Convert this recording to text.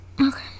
okay